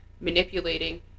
manipulating